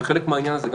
וחלק מהעניין הזה,